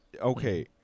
Okay